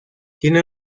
tiene